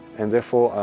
and therefore,